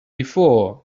before